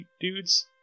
dudes